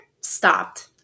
stopped